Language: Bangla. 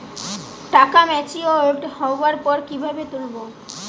টাকা ম্যাচিওর্ড হওয়ার পর কিভাবে তুলব?